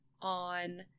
on